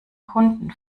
kunden